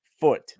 foot